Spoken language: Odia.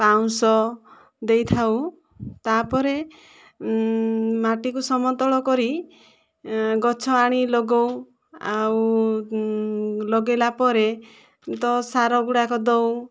ପାଉଁଶ ଦେଇଥାଉ ତା'ପରେ ମାଟିକୁ ସମତଳ କରି ଗଛ ଆଣି ଲଗାଉ ଆଉ ଲଗାଇଲା ପରେ ତ ସାର ଗୁଡ଼ାକ ଦେଉ